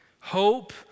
Hope